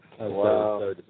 Wow